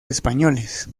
españoles